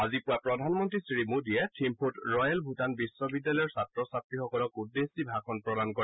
আজি পুৱা প্ৰধানমন্ত্ৰী শ্ৰীমোদীয়ে থিক্ফুত ৰয়েল ভূটান বিশ্ববিদ্যালয়ৰ ছাত্ৰ ছাত্ৰীসকলক উদ্দেশ্যি ভাষণ প্ৰদান কৰে